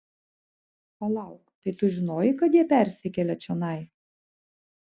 palauk tai tu žinojai kad jie persikelia čionai